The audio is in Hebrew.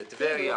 בטבריה,